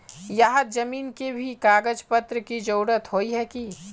यहात जमीन के भी कागज पत्र की जरूरत होय है की?